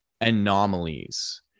anomalies